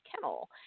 kennel